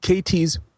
KT's